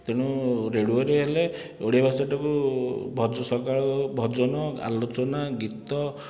ତେଣୁ ରେଡ଼ିଓରେ ହେଲେ ଓଡ଼ିଆ ଭାଷାଟାକୁ ଭଜ ସକାଳୁ ଭଜନ ଆଲୋଚନା ଗୀତ